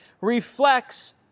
reflects